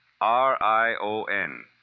R-I-O-N